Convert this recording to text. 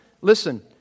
listen